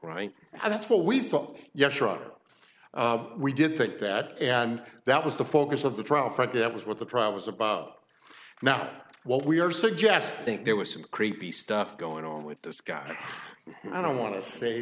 right and that's what we thought yes roger we did think that and that was the focus of the trial fact that was what the trial was about not what we are suggesting think there was some creepy stuff going on with this guy and i don't want to say